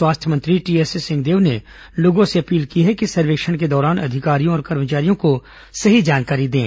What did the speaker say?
स्वास्थ्य मंत्री टीएस सिंहदेव ने लोगों से अपील की है कि सर्वेक्षण के दौरान अधिकारियों और कर्मचारियों को सही जानकारी दें